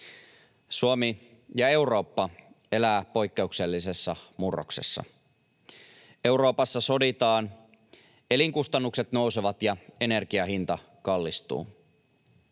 Suomi ja Eurooppa elävät poikkeuksellisessa murroksessa. Euroopassa soditaan, elinkustannukset nousevat ja energian hinta kallistuu.